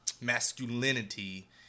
masculinity